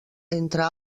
entre